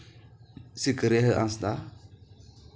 ᱥᱤᱠᱟᱹᱨᱤᱭᱟᱹ ᱦᱟᱸᱥᱫᱟ